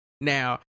Now